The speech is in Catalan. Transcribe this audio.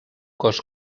cost